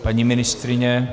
Paní ministryně?